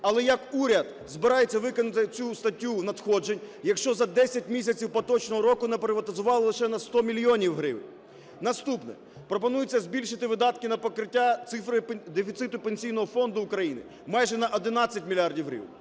але як уряд збирається викинути цю статтю надходжень, якщо за 10 місяців поточного року наприватизували лише на 100 мільйонів гривень? Наступне. Пропонується збільшити видатки на покриття дефіциту Пенсійного фонду України майже на 11 мільярдів гривень.